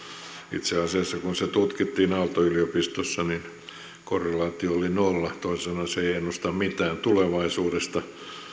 itse asiassa kun se tutkittiin aalto yliopistossa niin korrelaatio oli nolla toisin sanoen se ei ennusta mitään tulevaisuudesta